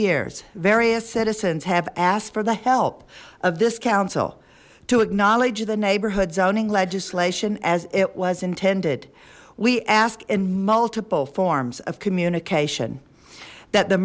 years various citizens have asked for the help of this council to acknowledge the neighborhood zoning legislation as it was intended we asked in multiple forms of communication that the